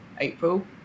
April